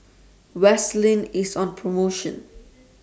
Vaselin IS on promotion